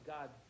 God